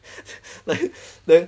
then